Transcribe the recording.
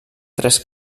tres